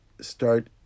start